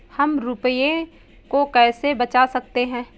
हम रुपये को कैसे बचा सकते हैं?